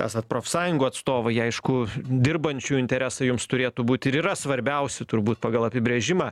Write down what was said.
esat profsąjungų atstovai aišku dirbančiųjų interesai jums turėtų būti ir yra svarbiausi turbūt pagal apibrėžimą